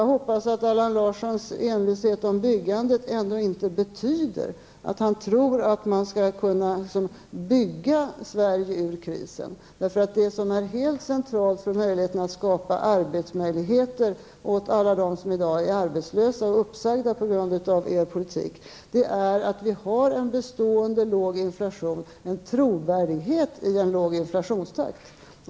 Jag hoppas att Allan Larssons envishet om byggandet ändå inte betyder att han tror att man skall kunna bygga Sverige ur krisen. Det som är helt avgörande för möjligheten att skapa arbetstillfällen åt alla dem som i dag som är arbetslösa eller uppsagda på grund av er politik, är att vi har en låg bestående inflation och en trovärdighet i en låg inflationstakt.